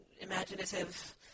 imaginative